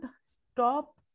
stop